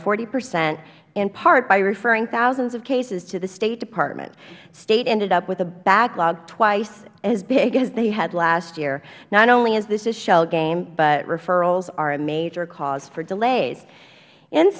forty percent in part by referring thousands of cases to the state department state ended up with a backlog twice as big as they had last year not only is this a shell game but referrals are a major cause for delays